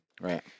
Right